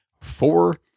four